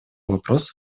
вопроса